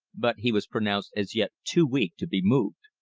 but he was pronounced as yet too weak to be moved.